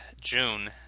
June